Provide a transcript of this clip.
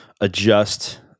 adjust